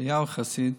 אליהו חסיד,